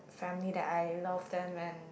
family that I love them and